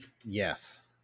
Yes